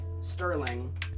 Sterling